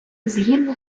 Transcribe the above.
згідно